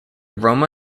roma